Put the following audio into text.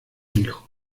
hijo